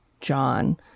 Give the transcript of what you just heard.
John